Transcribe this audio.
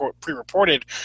pre-reported